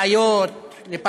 בעיות, פרשיות,